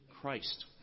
Christ